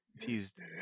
teased